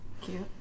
Cute